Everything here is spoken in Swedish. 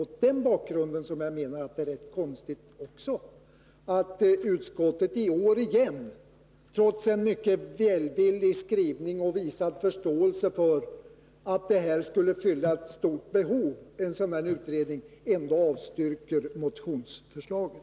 Mot den bakgrunden är det enligt min mening rätt konstigt att utskottet, trots sin mycket välvilliga skrivning och trots visad förståelse för att en utredning av det här slaget skulle fylla ett stort behov, också i år avstyrker motionsförslaget.